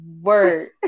Word